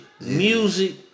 music